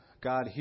God